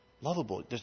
lovable